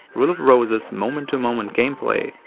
rule of rose's moment-to-moment gameplay,